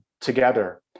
together